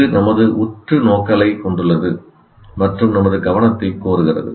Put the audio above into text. இது நமது உற்று நோக்கலை கொண்டுள்ளது மற்றும் நமது கவனத்தை கோருகிறது